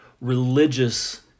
religious